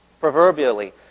proverbially